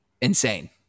insane